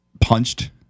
punched